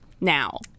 now